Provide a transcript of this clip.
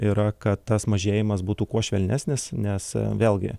yra kad tas mažėjimas būtų kuo švelnesnis nes vėlgi